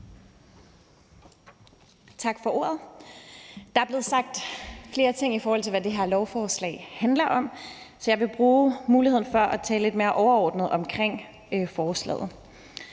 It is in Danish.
Tak for ordet. Der er blevet sagt flere ting om, hvad det her lovforslag handler om, så jeg vil bruge muligheden for at tale lidt mere overordnet om forslaget.